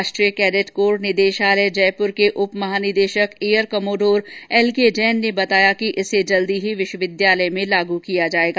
राष्ट्रीय cadet corps निदेशलय जयपूर के उप महानिदेशक एयर कमोडोर एलके जैन ने बताया कि इसे जल्दी ही विश्वविद्यालय में लागू किया जायेगा